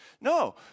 No